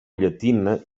llatina